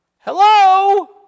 Hello